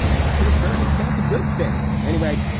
it's to a certain extent a good thing anyway.